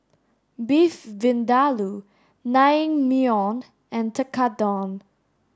Beef Vindaloo Naengmyeon and Tekkadon